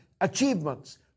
achievements